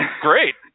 Great